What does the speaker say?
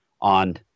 on